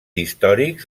històrics